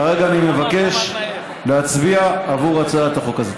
כרגע אני מבקש להצביע עבור הצעת החוק הזאת.